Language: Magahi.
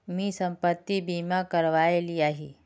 मी संपत्ति बीमा करवाए लियाही